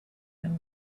him